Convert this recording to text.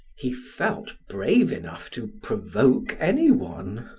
he felt brave enough to provoke anyone.